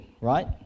right